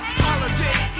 holiday